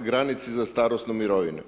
granici za starosnu mirovinu.